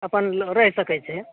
अपन रहि सकै छै